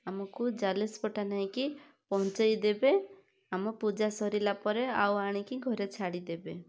ଆମକୁ ଜାଲେଶପଟା ନେଇ କି ପହଞ୍ଚେଇ ଦେବେ ଆମ ପୂଜା ସରିଲା ପରେ ଆଉ ଆଣି ଘରେ ଛାଡ଼ି ଦେବେ